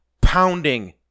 pounding